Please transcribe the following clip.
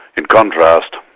in contrast,